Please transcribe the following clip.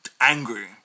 angry